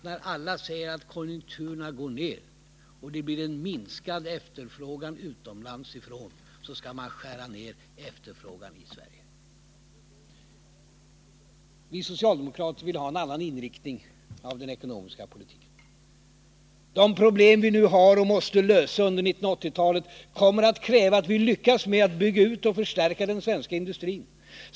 När alla säger att konjunkturen går ned och det blir minskad efterfrågan från utlandet är det alltså inte en klok politik att skära ned efterfrågan i Sverige. Vi socialdemokrater vill ha en annan inriktning av den ekonomiska politiken. De problem vi nu har och måste lösa under 1980-talet kommer att kräva att vi lyckas med att bygga ut och förstärka den svenska industrin.